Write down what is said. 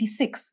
1986